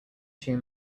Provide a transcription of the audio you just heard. two